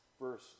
Verse